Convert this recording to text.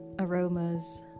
Aromas